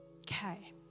Okay